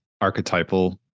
archetypal